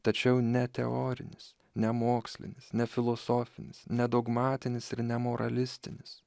tačiau ne teorinis ne mokslinis ne filosofinis ne dogmatinis ir ne moralistinis